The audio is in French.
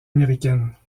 américaines